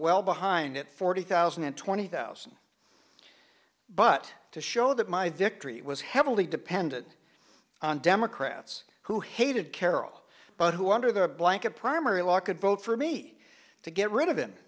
well behind it forty thousand and twenty thousand but to show that my victory was heavily dependent on democrats who hated carol but who under the blanket primary law could vote for me to get rid of